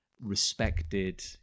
respected